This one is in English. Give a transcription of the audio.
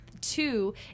two